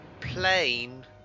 plane